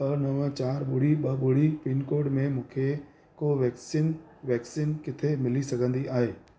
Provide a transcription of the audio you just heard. ॿ नव चारि ॿुड़ी ॿ ॿुड़ी पिनकोड में मूंखे कोवेक्सीन वैक्सीन किते मिली सघंदी आहे